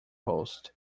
host